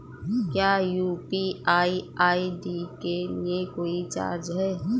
क्या UPI ID के लिए कोई चार्ज है?